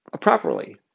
properly